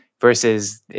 versus